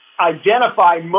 identify